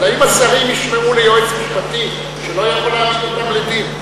האם השרים יישמעו ליועץ משפטי שלא יכול להעמיד אותם לדין?